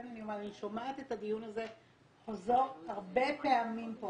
אני שומעת את הזה הרבה פעמים פה.